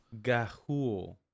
Gahul